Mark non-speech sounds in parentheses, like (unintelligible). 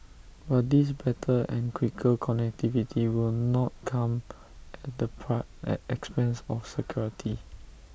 but this better and quicker connectivity will not come at the (unintelligible) expense of security